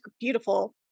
beautiful